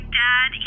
dad